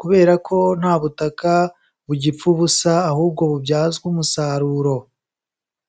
kubera ko nta butaka bugipfa ubusa, ahubwo bubyazwa umusaruro.